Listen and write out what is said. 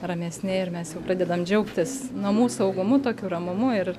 ramesni ir mes jau pradedame džiaugtis namų saugumu tokiu ramumu ir